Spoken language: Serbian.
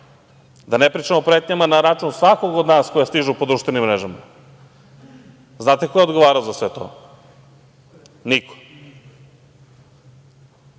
Da ne pričam o pretnjama na račun svakog od nas, koje stižu po društvenim mrežama. Znate ko je odgovarao za sve to? Niko.